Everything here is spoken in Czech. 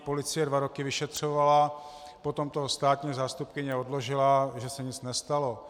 Policie dva roky vyšetřovala, potom to státní zástupkyně odložila, že se nic nestalo.